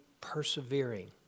persevering